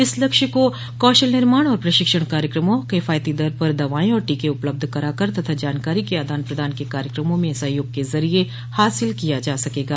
इस लक्ष्य को कौशल निर्माण और प्रशिक्षण कार्यक्रमों किफायती दर पर दवाएं और टीके उपलब्ध कराकर तथा जानकारी के आदान प्रदान के कार्यक्रमों में सहयोग के जरिए हासिल किया जा सकेगा